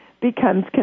becomes